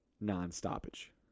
non-stoppage